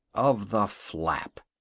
of the flap.